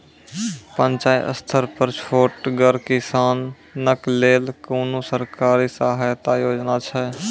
पंचायत स्तर पर छोटगर किसानक लेल कुनू सरकारी सहायता योजना छै?